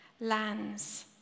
lands